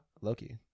Loki